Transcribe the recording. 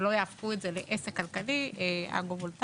ולא יהפכו את זה לעסק כלכלי אגרו-וולטאי.